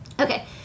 Okay